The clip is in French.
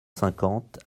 cinquante